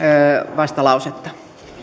vastalausetta